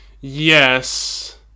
Yes